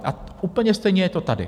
A úplně stejné je to tady.